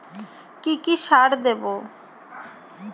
কি কি সার দেবো?